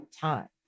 time